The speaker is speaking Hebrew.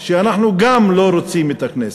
רוצים, יתעצם הקול שאנחנו גם לא רוצים את הכנסת.